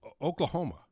Oklahoma